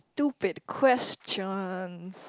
stupid questions